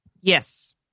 Yes